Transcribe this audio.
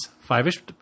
Five-ish